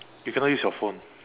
you cannot use your phone